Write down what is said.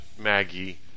Maggie